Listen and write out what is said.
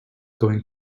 going